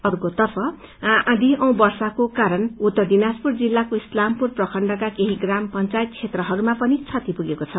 अर्कोतर्फ आँधी औ वर्षाको कारण उत्तर दिनाजपुर जिल्लाको इस्लामपुर प्रखण्डका केही ग्राम पंचायत क्षेत्रहरूमा पनि क्षति पुगेको छ